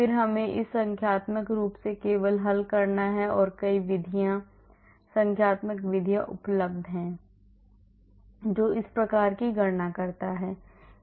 फिर हमें इस संख्यात्मक रूप से केवल हल करना है और कई विधियां संख्यात्मक विधियां उपलब्ध हैं जो इस प्रकार की गणना करता है